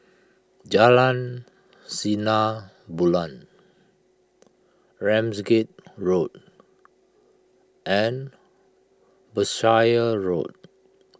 Jalan Sinar Bulan Ramsgate Road and Berkshire Road